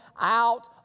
out